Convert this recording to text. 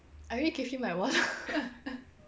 I already gave you my wallet